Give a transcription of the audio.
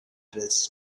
dress